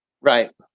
Right